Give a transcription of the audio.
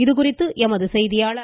இதுகுறித்து எமது செய்தியாளர்